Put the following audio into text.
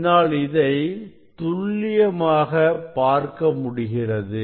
என்னால் இதை துல்லியமாக பார்க்க முடிகிறது